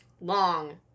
long